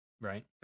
Right